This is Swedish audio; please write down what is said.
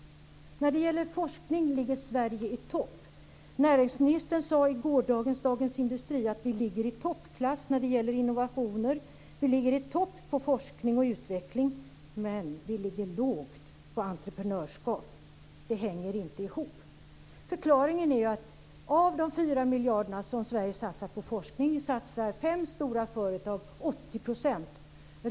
När det gäller forskning ligger Sverige i topp. Näringsministern sade i gårdagens Dagens Industri att vi har toppklass när det gäller innovationer. Vi ligger i topp vad gäller forskning och utveckling, men vi ligger lågt vad gäller entreprenörskap. Det hänger inte ihop. Förklaringen är att fem stora företag satsar 80 % av de fyra miljarder som Sverige satsar på forskning.